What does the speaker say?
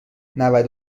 نود